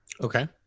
Okay